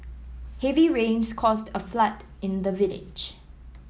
heavy rains caused a flood in the village